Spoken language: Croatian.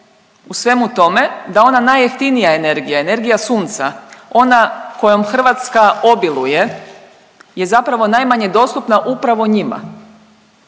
u svemu tome da ona najjeftinija energija, energija sunca, ona kojom Hrvatska obiluje je zapravo najmanje dostupna upravo njima,